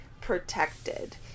protected